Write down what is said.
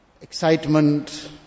excitement